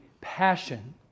passion